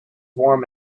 warm